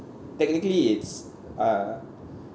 technically it's uh